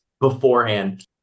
beforehand